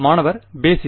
மாணவர் பேஸிஸ்